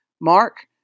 Mark